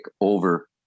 over